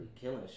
killing